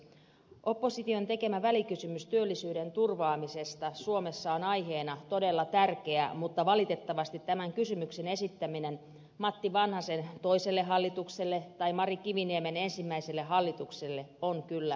opposition tekemä välikysymys työllisyyden turvaamisesta suomessa on aiheena todella tärkeä mutta valitettavasti tämän kysymyksen esittäminen matti vanhasen toiselle hallitukselle tai mari kiviniemen ensimmäiselle hallitukselle on kyllä aiheeton